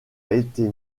été